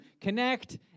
connect